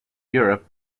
europe